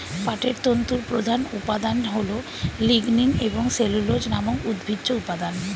পাটের তন্তুর প্রধান উপাদান হল লিগনিন এবং সেলুলোজ নামক উদ্ভিজ্জ উপাদান